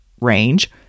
range